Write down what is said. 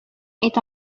est